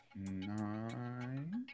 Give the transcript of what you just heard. nine